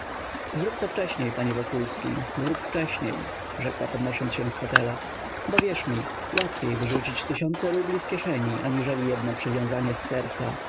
zrób to wcześniej panie wokulski zrób wcześniej rzekła podnosząc się z fotelu bo wierz mi łatwiej wyrzucić tysiące rubli z kieszeni aniżeli jedno przywiązanie z serca